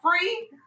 free